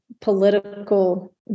political